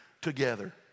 together